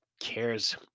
cares